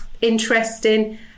interesting